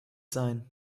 sein